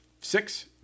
six